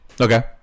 Okay